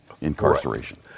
incarceration